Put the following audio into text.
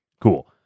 cool